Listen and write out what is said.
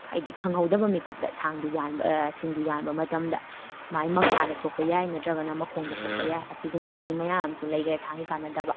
ꯍꯥꯏꯗꯤ ꯈꯪꯍꯧꯗꯕ ꯃꯤꯀꯨꯞꯇ ꯊꯥꯡꯗꯨ ꯌꯥꯟꯕ ꯁꯤꯡꯗꯨ ꯌꯥꯟꯕ ꯃꯇꯝꯗ ꯃꯥꯏ ꯃꯁꯥꯗ ꯁꯣꯛꯄ ꯌꯥꯏ ꯅꯠꯇ꯭ꯔꯒꯅ ꯃꯈꯣꯡꯗ ꯁꯣꯛꯄ ꯌꯥꯏ ꯑꯁꯤꯒꯨꯝꯕꯒꯤ ꯃꯌꯥꯝꯁꯨ ꯂꯩꯈ꯭ꯔꯦ ꯊꯥꯡꯒꯤ ꯀꯥꯟꯅꯗꯕ